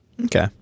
Okay